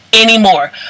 anymore